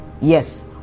Yes